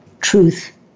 truth